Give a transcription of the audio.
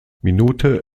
minute